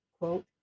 quote